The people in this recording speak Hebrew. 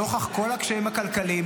נוכח כל הקשיים הכלכליים,